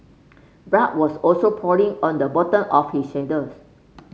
blood was also pooling on the bottom of his sandals